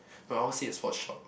no I want to say it sport shop